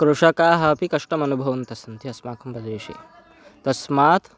कृषकाः अपि कष्टमनुभवन्तः सन्ति अस्माकं प्रदेशे तस्मात्